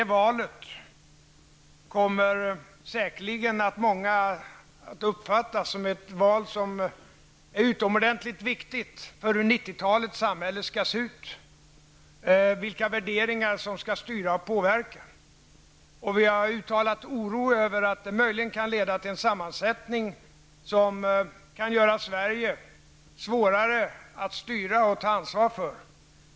Många kommer säkerligen att uppfatta detta val som ett mycket utomordentligt viktigt val när det gäller hur 90-talets samhälle skall se ut, vilka värderingar som skall styra och påverka. Vi har uttalat oro över att resultatet kan bli en sammansättning som kan medföra att Sverige blir svårare att styra och ta ansvar för.